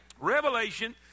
Revelation